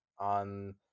on